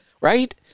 Right